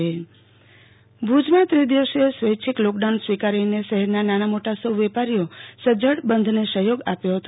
આરતી ભટ સ્વેચ્છિક લોકડાઉન ભુજમાં ત્રિદિવસીય સ્વૈચ્છક લોકડાઉન સ્વીકારીને શહેરના નાના મોટા સૌ વેપારીઓ સજજડ બંધન સહયોગ આપ્યો હતો